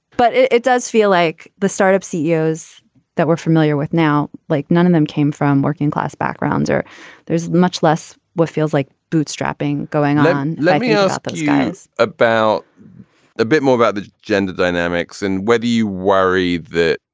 but it does feel like the startup ceos that we're familiar with now, like none of them came from working class backgrounds or there's much less what feels like bootstrapping going live let me ah ask you guys about a bit more about the gender dynamics and whether you worry that,